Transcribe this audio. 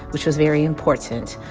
which was very important.